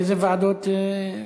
איזה ועדות,